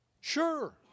Sure